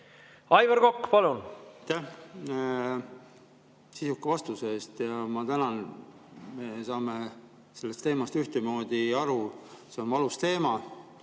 Aivar Kokk, palun! Aitäh sisuka vastuse eest! Ja ma tänan, et me saame sellest teemast ühtemoodi aru. See on valus teema